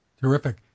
Terrific